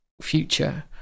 future